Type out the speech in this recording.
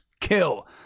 kill